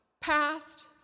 Past